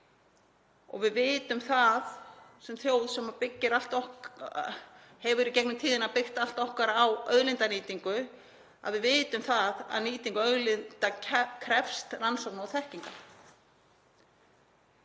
Við vitum það sem þjóð sem hefur í gegnum tíðina byggt allt sitt á auðlindanýtingu að nýting auðlinda krefst rannsókna og þekkingar.